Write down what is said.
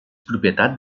propietat